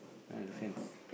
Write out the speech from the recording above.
ah the fence